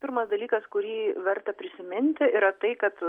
pirmas dalykas kurį verta prisiminti yra tai kad